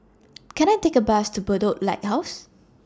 Can I Take A Bus to Bedok Lighthouse